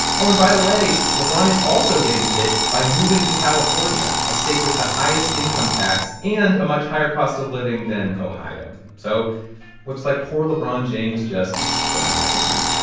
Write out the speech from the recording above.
oh, and by the way, lebron is also getting hit by moving to california, a state with the highest income tax and a much higher cost of living than ohio. so looks like poor lebron james just cannot catch a break